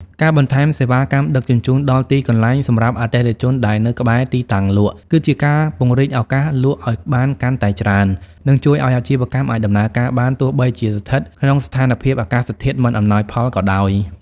ការបន្ថែមសេវាកម្មដឹកជញ្ជូនដល់ទីកន្លែងសម្រាប់អតិថិជនដែលនៅក្បែរទីតាំងលក់ គឺជាការពង្រីកឱកាសលក់ឱ្យបានកាន់តែច្រើន និងជួយឱ្យអាជីវកម្មអាចដំណើរការបានទោះបីជាស្ថិតក្នុងស្ថានភាពអាកាសធាតុមិនអំណោយផលក៏ដោយ។